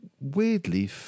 weirdly